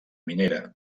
minera